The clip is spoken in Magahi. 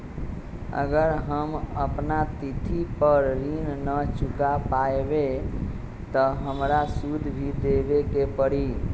अगर हम अपना तिथि पर ऋण न चुका पायेबे त हमरा सूद भी देबे के परि?